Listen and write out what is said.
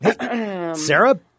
Sarah